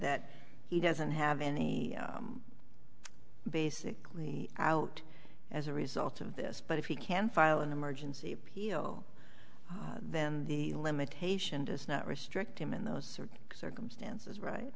that he doesn't have any basically out as a result of this but if he can file an emergency p o then the limitation does not restrict him in those circumstances right